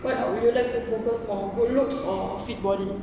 what would you like to focus more good looks or fit body